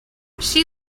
she